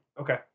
Okay